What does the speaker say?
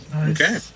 okay